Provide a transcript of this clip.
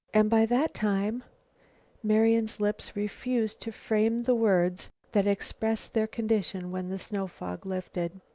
and by that time marian's lips refused to frame the words that expressed their condition when the snow-fog lifted.